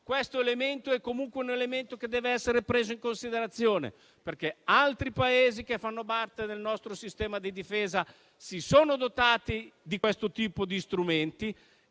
Questo è comunque un elemento che deve essere preso in considerazione, perché altri Paesi che fanno parte del nostro sistema di difesa si sono dotati di questo tipo di strumenti.